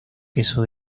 queso